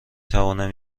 توانم